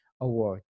award